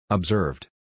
Observed